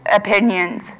opinions